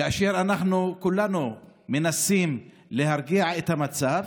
כאשר אנחנו כולנו מנסים להרגיע את המצב,